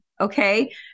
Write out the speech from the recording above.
Okay